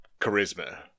charisma